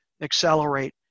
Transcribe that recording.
accelerate